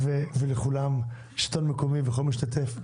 ולכולם, השלטון המקומי ולכל משתתף.